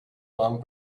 long